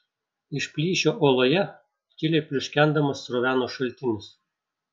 iš plyšio uoloje tyliai pliuškendamas sroveno šaltinis